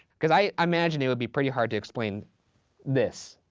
cause i imagine it would be pretty hard to explain this.